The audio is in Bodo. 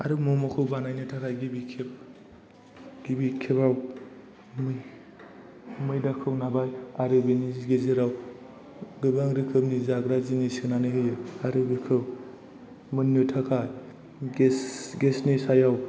आरो मम' खौ बानायनो थाखाय गिबि खेबाव मैदाखौ नाबाय आरो बिनि गेजेराव गोबां रोखोमनि जाग्रा जिनिस सोनानै होयो आरो बेखौ मोननो थाखाय गेसनि सायाव